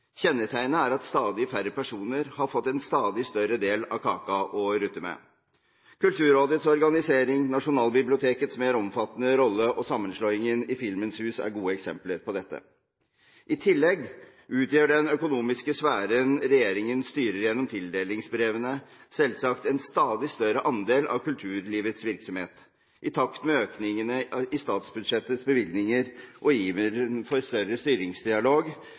Kjennetegnet er at stadig færre personer har fått en stadig større del av kaka å rutte med. Kulturrådets organisering, Nasjonalbibliotekets mer omfattende rolle og sammenslåingen i Filmens Hus er gode eksempler på dette. I tillegg utgjør den økonomiske sfæren regjeringen styrer gjennom tildelingsbrevene, selvsagt en stadig større andel av kulturlivets virksomhet. I takt med økningene i statsbudsjettets bevilgninger og iveren for styrket styringsdialog